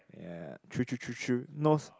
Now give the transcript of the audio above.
ya true true true true nose